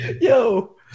Yo